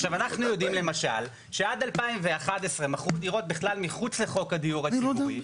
אנחנו יודעים למשל שעד 2011 מכרו דירות בכלל מחוץ לחוק הדיור הציבורי,